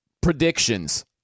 predictions